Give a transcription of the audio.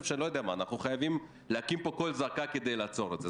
אנחנו חייבים להקים פה קול זעקה כדי לעצור את זה.